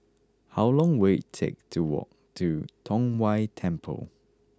how long will it take to walk to Tong Whye Temple